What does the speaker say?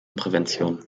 prävention